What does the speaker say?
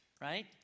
right